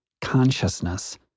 consciousness